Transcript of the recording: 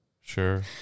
Sure